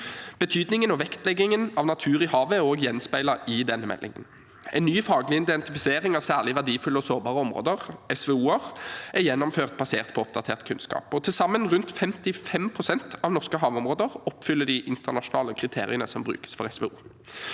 Betydningen og vektleggingen av natur i havet er også gjenspeilet i denne meldingen. En ny faglig identifisering av særlig verdifulle og sårbare områder, SVO-er, er gjennomført, basert på oppdatert kunnskap. Til sammen rundt 55 pst. av norske havområder oppfyller de internasjonale kriteriene som brukes for SVO.